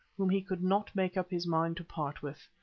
whom he could not make up his mind to part with.